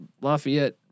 Lafayette